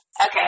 Okay